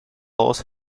alles